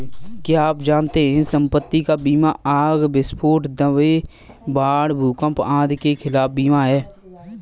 क्या आप जानते है संपत्ति का बीमा आग, विस्फोट, दंगे, बाढ़, भूकंप आदि के खिलाफ बीमा है?